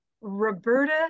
Roberta